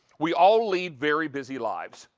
we all lead very busy lives.